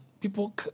People